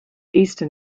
easton